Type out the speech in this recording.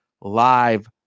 live